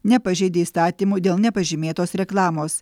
nepažeidė įstatymo dėl nepažymėtos reklamos